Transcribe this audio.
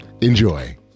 enjoy